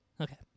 Okay